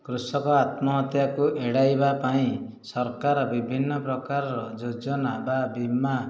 କୃଷକ ଆତ୍ମହତ୍ୟାକୁ ଏଡ଼ାଇବା ପାଇଁ ସରକାର ବିଭିନ୍ନ ପ୍ରକାରର ଯୋଜନା ବା ବୀମା